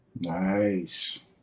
Nice